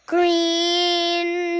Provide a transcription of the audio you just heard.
Green